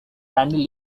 currently